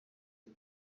ati